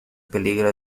peligro